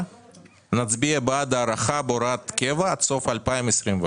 נצביע בעד הארכה בהוראת קבע עד סוף 2024?